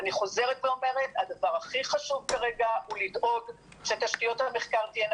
אני חוזרת ואומרת שהדבר הכי חשוב כרגע הוא לדאוג שתשתיות המחקר תהיינה